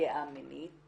פגיעה מינית